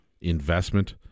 investment